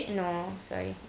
no sorry